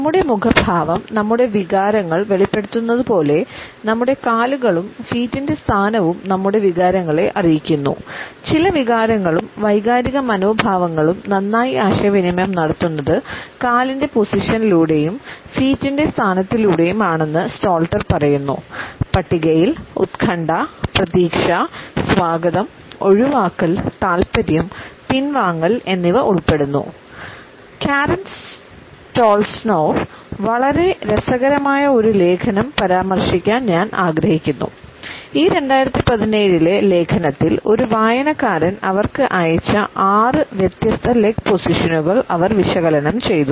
നമ്മുടെ മുഖഭാവം നമ്മുടെ വികാരങ്ങൾ വെളിപ്പെടുത്തുന്നതുപോലെ നമ്മുടെ കാലുകളും ഫീറ്റിൻറെ അവർ വിശകലനം ചെയ്തു